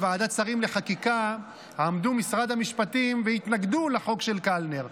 בוועדת שרים לחקיקה עמדו ממשרד המשפטים והתנגדו לחוק של קלנר.